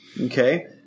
Okay